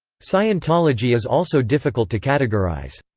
scientology is also difficult to categorize.